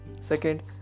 Second